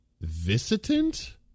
visitant